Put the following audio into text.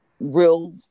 real